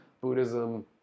Buddhism